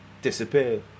Disappear